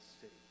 city